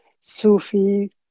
Sufi